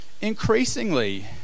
increasingly